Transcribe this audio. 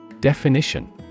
Definition